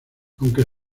aunque